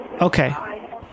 Okay